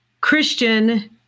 Christian